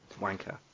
wanker